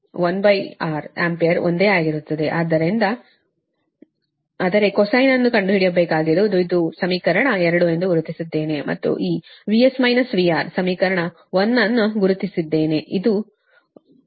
ಅದರಿಂದ ಆದರೆ cosine ಅನ್ನು ಕಂಡುಹಿಡಿಯಬೇಕಾದದ್ದು ಇದು ಸಮೀಕರಣ 2 ಗುರುತಿಸಿದ್ದೇನೆ ಮತ್ತು ಈ VS - VR ಸಮೀಕರಣ 1 ಅನ್ನು ಗುರುತಿಸಿದ್ದೇನೆ ಇದು 1 ಮತ್ತು ಇದು 2 ಆಗಿದೆ